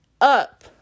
up